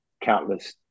countless